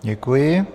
Děkuji.